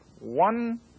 one